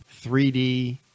3D